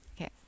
Okay